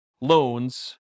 loans